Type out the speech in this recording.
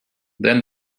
then